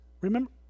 remember